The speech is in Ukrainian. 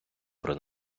про